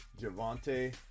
Javante